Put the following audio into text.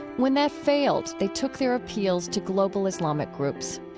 when that failed, they took their appeals to global islamic groups.